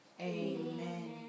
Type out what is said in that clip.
Amen